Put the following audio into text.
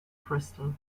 bristol